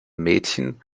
mädchen